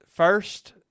First